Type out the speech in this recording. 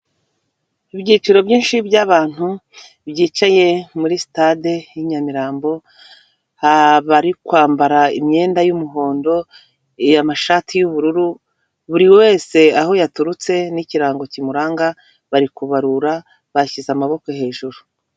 Ibyiciro byinshi by'abantu byicaye muri sitade y'i Nyamirambo, bari kwambara imyenda y'umuhondo, amashati y'ubururu buri wese aho yaturutse n'ikirango kimuranga, bari kubarura bashyize amaboko hejuru.